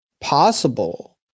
possible